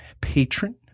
patron